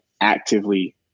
actively